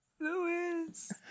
Lewis